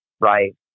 right